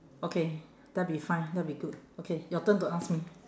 okay that'll be fine that'll be good okay your turn to ask me